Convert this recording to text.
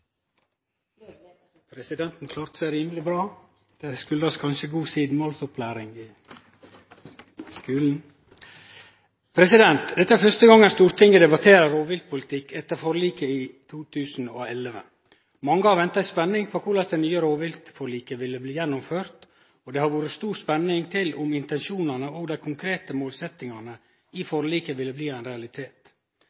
Presidenten klarte seg rimeleg bra. Det kjem kanskje av god sidemålsopplæring i skulen! Dette er første gongen Stortinget debatterer rovviltpolitikk etter forliket i 2011. Mange har venta i spenning på korleis det nye rovviltforliket ville bli gjennomført, og det har vore knytt stor spenning til om intensjonane og dei konkrete målsetjingane i